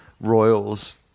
royals